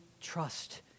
trust